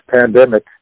pandemic